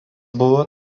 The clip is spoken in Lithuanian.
buvo